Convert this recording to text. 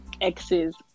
exes